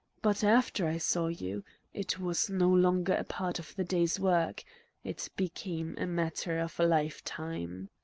but after i saw you it was no longer a part of the day's work it became a matter of a life time.